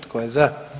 Tko je za?